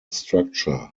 structure